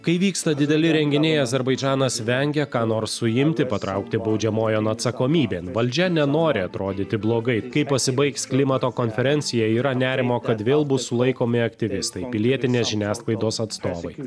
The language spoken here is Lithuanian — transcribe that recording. kai vyksta dideli renginiai azerbaidžanas vengia ką nors suimti patraukti baudžiamojon atsakomybėn valdžia nenori atrodyti blogai kai pasibaigs klimato konferencija yra nerimo kad vėl bus sulaikomi aktyvistai pilietinės žiniasklaidos atstovai